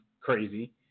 crazy